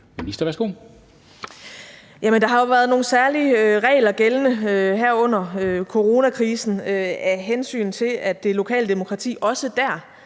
(Astrid Krag): Der har jo været nogle særlige regler gældende her under coronakrisen, af hensyn til at det lokale demokrati også der